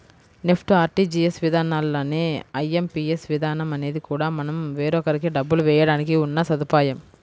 NEFT, RTGS విధానాల్లానే IMPS విధానం అనేది కూడా మనం వేరొకరికి డబ్బులు వేయడానికి ఉన్న సదుపాయం